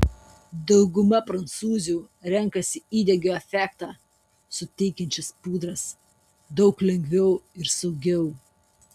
dauguma prancūzių renkasi įdegio efektą suteikiančias pudras daug lengviau ir saugiau